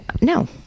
No